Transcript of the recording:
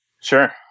Sure